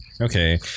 Okay